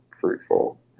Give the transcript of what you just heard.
fruitful